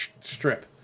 strip